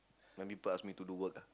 when people ask me to do work ah